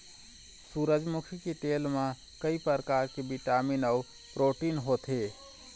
सूरजमुखी के तेल म कइ परकार के बिटामिन अउ प्रोटीन होथे